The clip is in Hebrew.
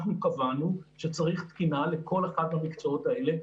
אנחנו קבענו שצריך תקינה לכל אחד מהמקצועות האלה,